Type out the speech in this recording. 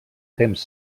temps